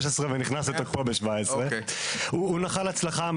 שכוללת גם סגירת קווי ייצור,